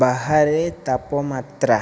ବାହାରେ ତାପମାତ୍ରା